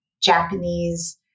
Japanese